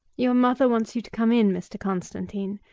your mother wants you to come in, mr. constantine.